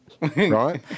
Right